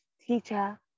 teacher